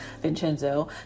Vincenzo